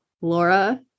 Laura